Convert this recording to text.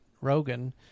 Rogan